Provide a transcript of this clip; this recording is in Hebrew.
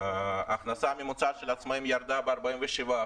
ההכנסה הממוצעת של העצמאים ירדה ב-47%.